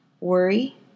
worry